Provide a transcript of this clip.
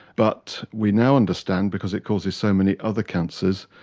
but we now understand, because it causes so many other cancers,